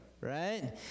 right